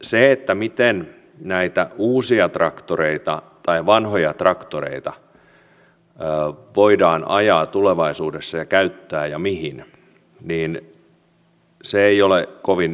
se miten näitä uusia traktoreita tai vanhoja traktoreita voidaan ajaa tulevaisuudessa ja käyttää ja mihin ei ole kovin yksiselitteistä